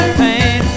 pain